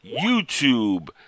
YouTube